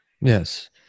Yes